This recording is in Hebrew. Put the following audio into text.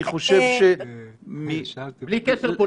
אני חושב --- בלי קשר,